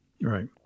Right